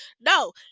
no